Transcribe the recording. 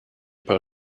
paar